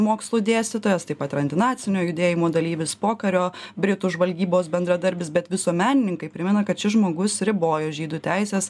mokslų dėstytojas taip pat ir antinacinio judėjimo dalyvis pokario britų žvalgybos bendradarbis bet visuomenininkai primena kad šis žmogus ribojo žydų teises